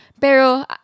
Pero